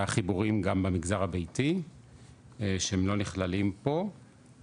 היו חיבורים גם במגזר הביתי שהם לא נכללים פה,